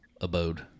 abode